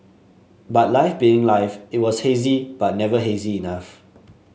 but life being life it was hazy but never hazy enough